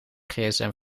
gsm